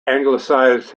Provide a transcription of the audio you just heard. anglicised